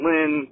Lynn